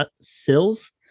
Sills